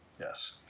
Yes